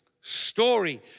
story